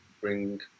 bring